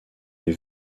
les